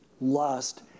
lust